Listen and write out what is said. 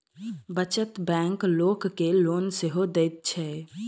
बचत बैंक लोक के लोन सेहो दैत छै